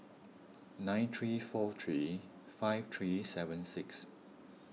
nine three four three five three seven six